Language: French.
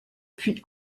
puis